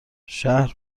شهر